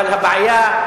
אבל הבעיה,